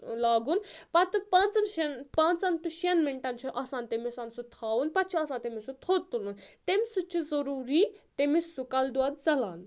لاگُن پَتہٕ پانٛژَن شَیٚن پانٛژَن ٹُو شیٚن مِنٹَن چھُ آسان تٔمِسَن سُہ تھاوُن پَتہٕ چھُ آسان تٔمِس سُہ تھوٚد تُلُن تٔمۍ سۭتۍ چھُ ضوٚروٗری تٔیٚمِس سُہ کَلہٕ دۄد ژَلان